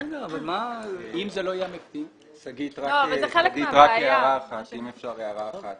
אם אפשר, הערה אחת.